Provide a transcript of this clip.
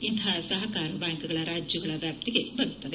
ಇಂಥ ಸಹಕಾರ ಬ್ಬಾಂಕ್ಗಳು ರಾಜ್ಯಗಳ ವ್ಯಾಪ್ತಿಗೆ ಬರುತ್ತವೆ